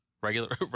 Regular